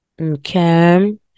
Okay